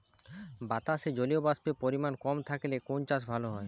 বাতাসে জলীয়বাষ্পের পরিমাণ কম থাকলে কোন চাষ ভালো হয়?